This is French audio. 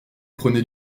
prenait